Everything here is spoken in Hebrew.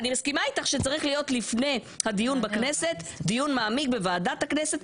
אני מסכימה איתך שצריך להיות לפני הדיון בכנסת דיון מעמיק בוועדת הכנסת,